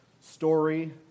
story